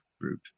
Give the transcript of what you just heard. group